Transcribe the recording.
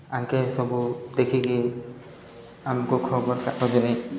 ଆଙ୍କେ ସବୁ ଦେଖିକି ଆମକୁ ଖବରକାଗଜରେ